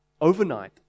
overnight